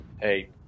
hey